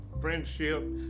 friendship